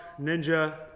Ninja